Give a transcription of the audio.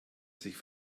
sich